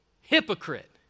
hypocrite